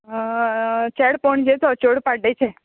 चेडो पणजेचो चेडूं पाड्डेचें